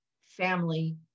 family